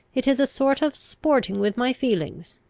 it is a sort of sporting with my feelings,